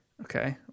Okay